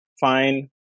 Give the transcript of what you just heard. fine